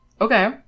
Okay